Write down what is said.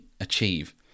achieve